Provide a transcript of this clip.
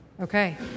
Okay